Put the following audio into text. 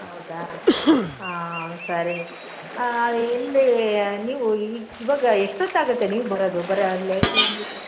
ಹೌದಾ ಹಾಂ ಸರಿ ಎಲ್ಲಿ ನೀವು ಇ ಈವಾಗ ಎಷ್ಟೊತ್ತಾಗುತ್ತೆ ನೀವು ಬರೋದು ಬರೋದು ಲೇಟು ಅಂದಿದ್ದಿರಿ